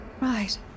Right